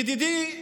ידידי,